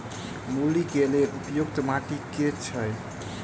मूली केँ लेल उपयुक्त माटि केँ छैय?